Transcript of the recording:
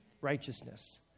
righteousness